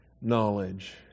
knowledge